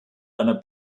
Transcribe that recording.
einer